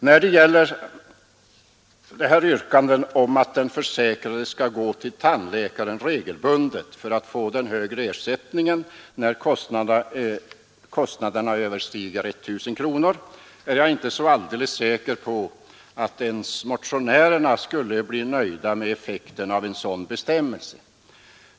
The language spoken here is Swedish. När det sedan gäller det här yrkandet om att den försäkrade skall gå till tandläkaren regelbundet för att få den högre ersättningen när kostnaderna överstiger 1 000 kronor är jag inte så alldeles säker på att ens motionärerna skulle bli nöjda med effekterna av en sådan bestämmelse.